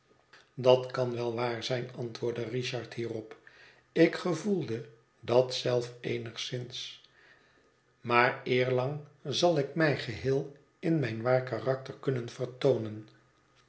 dat kan wel waar zijn antwoordde richard hierop ik gevoelde dat zelf eenigszins maar eerlang zal ik mij geheel in mijn waar karakter kunnen vertoonen